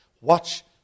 Watch